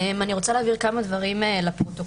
אני רוצה להבהיר כמה דברים לפרוטוקול.